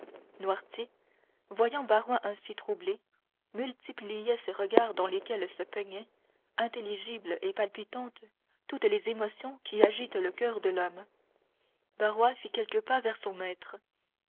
noirtier voyant barrois ainsi troublé multipliait ses regards dans lesquels se peignaient intelligibles et palpitantes toutes les émotions qui agitent le coeur de l'homme barrois fit quelques pas vers son maître